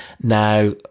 Now